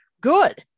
Good